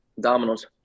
Domino's